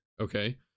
Okay